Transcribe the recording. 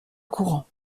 courant